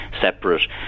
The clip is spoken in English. separate